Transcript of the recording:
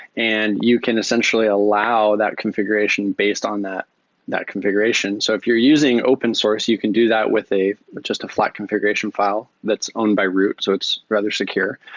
and you can essentially allow that configuration based on that that configuration. so if you're using open source, you can do that with just a flat configuration file that's owned by root. so it's rather secure.